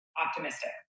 optimistic